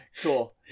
Cool